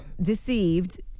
deceived